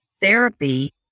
therapy